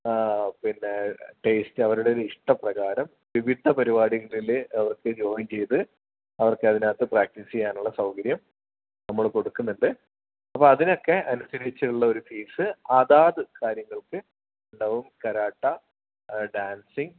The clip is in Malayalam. പിന്നെ അവരുടെ ടേസ്റ്റ് അവരുടെ ഇഷ്ട പ്രകാരം വിവിധ പരിപാടികളിൽ അവർക്ക് ജോയിൻ ചെയ്ത് അവർക്ക് അതിനകത്ത് പ്രാക്റ്റീസ് ചെയ്യാനുള്ള സൗകര്യം നമ്മൾ കൊടുക്കുന്നുണ്ട് അപ്പോൾ അതിനൊക്കെ അനുസരിച്ചുള്ള ഒരു ഫീസ് അതാത് കാര്യങ്ങൾക്ക് ഉണ്ടാവും കാരാട്ട ഡാൻസിങ്